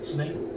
Snake